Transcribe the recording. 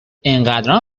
انقدرام